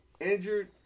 injured